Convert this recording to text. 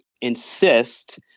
insist